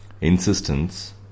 Insistence